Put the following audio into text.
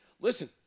Listen